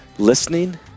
Listening